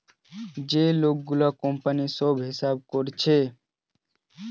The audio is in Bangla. যে লোক গুলা কোম্পানির সব হিসাব কোরছে